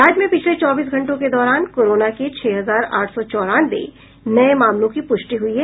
राज्य में पिछले चौबीस घंटों के दौरान करोरोना के छह हजार आठ सौ चौरानवे नये मामलों की पुष्टि हुई है